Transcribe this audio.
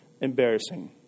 embarrassing